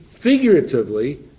figuratively